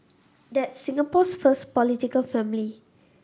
that's Singapore's first political family